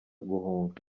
guhunga